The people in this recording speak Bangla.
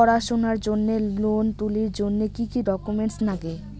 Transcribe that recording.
পড়াশুনার জন্যে লোন তুলির জন্যে কি কি ডকুমেন্টস নাগে?